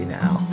now